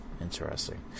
Interesting